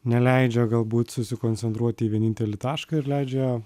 neleidžia galbūt susikoncentruoti į vienintelį tašką ir leidžia